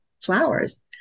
flowers